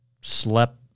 slept